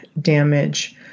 damage